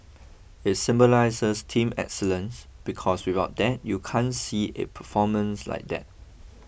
it symbolises team excellence because without that you can't see a performance like that